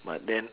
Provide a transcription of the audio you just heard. but then